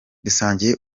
dusangiye